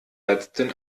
ärztin